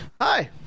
hi